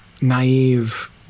naive